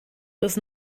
bis